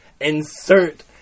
Insert